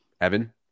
Evan